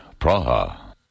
Praha